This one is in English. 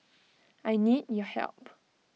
I need your help